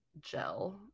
gel